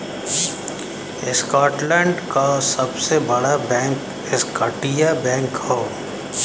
Scotland क सबसे बड़ा बैंक स्कॉटिया बैंक हौ